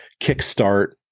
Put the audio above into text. kickstart